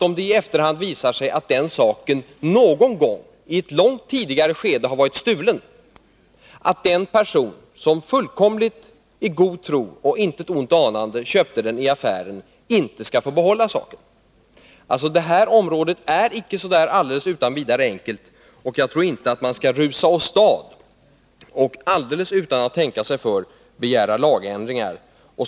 Om det i efterhand visar sig att den inköpta saken en gång ett långt tidigare skede har varit stulen, är det då utan vidare självklart att personen, som helt i god tro och intet ont anande köpte den i affären, inte skall få behålla den? Det här området är icke så där alldeles enkelt. Jag tror inte att man skall rusa åstad och utan att tänka sig för begära lagändringar.